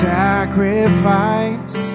sacrifice